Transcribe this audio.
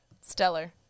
stellar